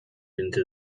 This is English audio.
into